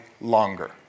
longer